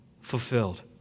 fulfilled